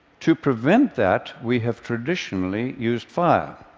to prevent that, we have traditionally used fire.